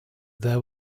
there